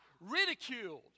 ridiculed